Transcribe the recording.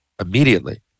immediately